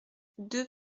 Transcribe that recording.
deux